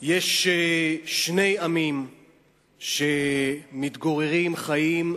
יש שני עמים שמתגוררים, חיים,